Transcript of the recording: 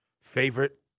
Favorite